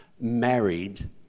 married